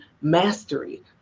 mastery